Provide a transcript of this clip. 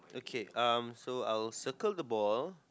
okay um so I'll circle the ball